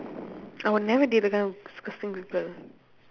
I will never date a guy who disgusting people